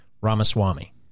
Ramaswamy